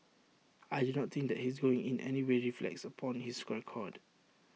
I do not think that his going in anyway reflects upon his record